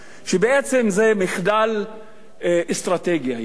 בעצם זה מחדל אסטרטגי, הייתי אומר: